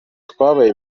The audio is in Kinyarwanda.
twabaye